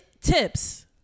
Tips